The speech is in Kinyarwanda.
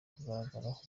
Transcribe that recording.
kugaragaraho